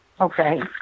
Okay